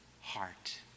heart